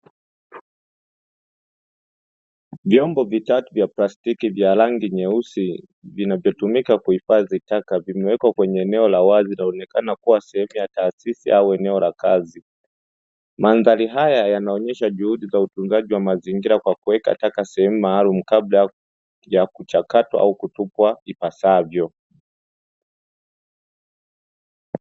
Vyombo vitatu vya plastiki vya rangi nyeusi, vinavyotumika kuhifadhi taka, vimewekwa kwenye eneo la wazi linaloonekana kuwa sehemu ya taasisi au eneo la kazi; mandahari haya yanaonyesha juhudi za utunzaji wa mazingira kwa kuweka taka sehemu maalumu kabla ya kuchakatwa au kutupwa ipasavyo.